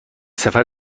سفر